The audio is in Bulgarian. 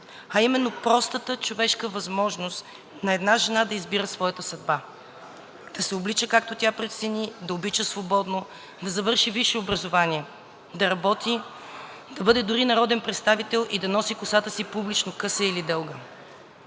а именно – простата човешка възможност на една жена да избира своята съдба, да се облича, както тя прецени, да обича свободно, да завърши висше образование, да работи, да бъде дори народен представител и да носи косата си публично – къса или дълга.